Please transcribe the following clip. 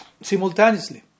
simultaneously